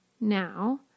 now